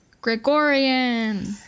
Gregorian